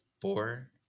Four